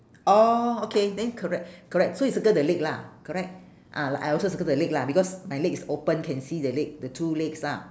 orh okay then correct correct so you circle the leg lah correct ah like I also circle the leg lah because my leg is open can see the leg the two legs lah